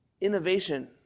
innovation